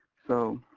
so.